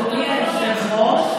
אדוני היושב-ראש,